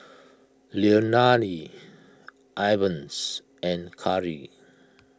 Leilani Evans and Khari